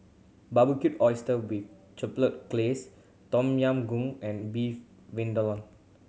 Barbecued Oyster with Chipotle Glaze Tom Yam Goong and Beef Vindaloo